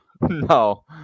No